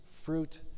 fruit